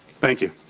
thank you.